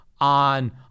on